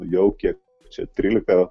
jau kiek čia trylika